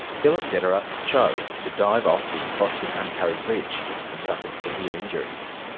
philip dederer chose to dive off the forster-tuncurry bridge, and suffered severe injuries.